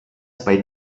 bei